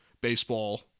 baseball